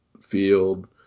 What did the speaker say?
field